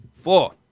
Four